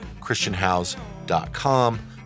christianhouse.com